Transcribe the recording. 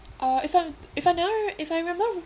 uh if I if I remember if I remember